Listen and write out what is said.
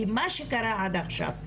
כי מה שקרה עד עכשיו,